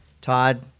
todd